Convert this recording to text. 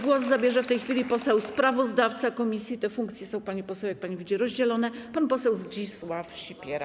Głos zabierze w tej chwili poseł sprawozdawca komisji - te funkcje są, jak pani poseł widzi, rozdzielone - pan poseł Zdzisław Sipiera.